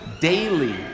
daily